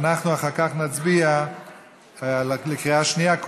ואנחנו נצביע אחר כך בקריאה שנייה,